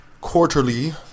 Quarterly